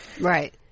Right